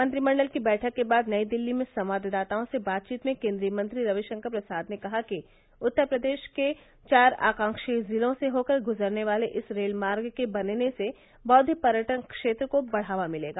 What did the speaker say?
मंत्रिमंडल की बैठक के बाद नई दिल्ली में संवाददाताओं से बातचीत में केन्द्रीय मंत्री रविशंकर प्रसाद ने कहा कि उत्तरप्रदेश के चार आकांक्षी जिलों से होकर गुजरने वाले इस रेल मार्ग के बनने से बौद्व पर्यटन क्षेत्र को बढ़ावा मिलेगा